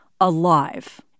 alive